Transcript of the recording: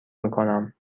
میکنم